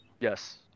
Yes